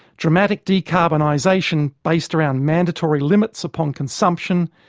dramatic decarbonisation based around mandatory limits upon consumption,